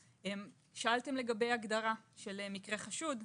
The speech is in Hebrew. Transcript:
שאלתם לגבי הגדרה של מקרה חשוד.